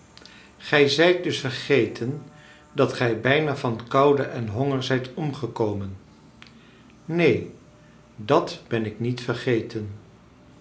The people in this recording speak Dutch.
gij zijt dus vergeten dat gij bijna van koude en honger zijt omgekomen neen dat ben ik niet vergeten